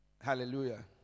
Hallelujah